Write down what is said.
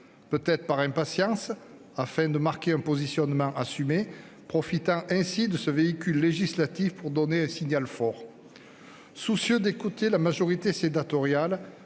Peut-être par impatience, afin de marquer un positionnement assumé, profitant ainsi de ce véhicule législatif pour envoyer un signal fort. Reconnaissons que, soucieux d'écouter la majorité sénatoriale,